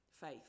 faith